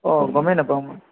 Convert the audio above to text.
অ গমেই নাপাওঁ মই